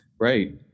Right